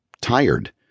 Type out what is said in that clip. tired